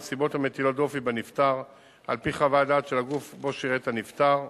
בנסיבות המטילות דופי בנפטר על-פי חוות דעת של הגוף שבו שירת הנפטר.